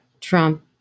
Trump